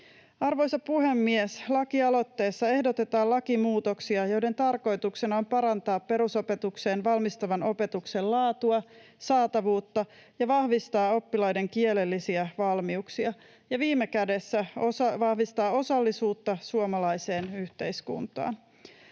Arvoisa puhemies! Lakialoitteessa ehdotetaan lakimuutoksia, joiden tarkoituksena on parantaa perusopetukseen valmistavan opetuksen laatua ja saatavuutta, vahvistaa oppilaiden kielellisiä valmiuksia ja viime kädessä vahvistaa osallisuutta suomalaiseen yhteiskuntaan.